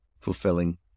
fulfilling